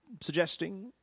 suggesting